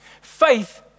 Faith